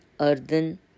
earthen